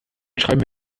schreiben